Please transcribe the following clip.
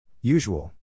Usual